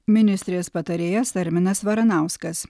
ministrės patarėjas arminas varanauskas